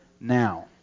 now